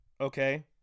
Okay